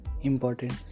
important